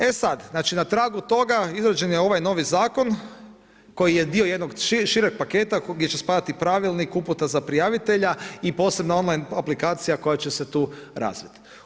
E sada, znači na tragu toga, izrađen je ovaj novi zakon, koji je dio jednog šireg paketa, gdje će spajati pravilnik uputa za prijavitelja i posebno on line aplikacija koja će se tu razviti.